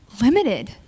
limited